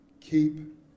keep